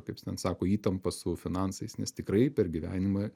kaip ten sako įtampa su finansais nes tikrai per gyvenimą